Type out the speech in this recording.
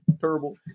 terrible